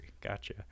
gotcha